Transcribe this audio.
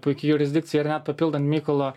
puiki jurisdikcija ar ne papildan mykolo